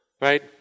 Right